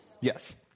Yes